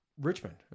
Richmond